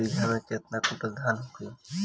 एक बीगहा में केतना कुंटल धान होई?